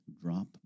drop